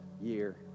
year